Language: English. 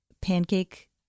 pancake